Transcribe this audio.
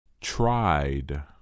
Tried